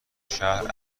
شهر